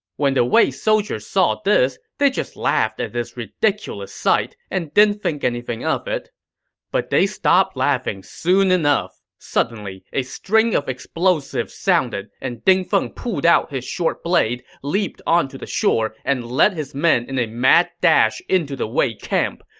when the wei soldiers saw this, they just laughed at this ridiculous sight and didn't think anything of it but they stopped laughing soon enough. suddenly, a string of explosives sounded, and ding feng pulled out his short blade, leaped onto the shore, and led his men in a mad dash into the wei camp.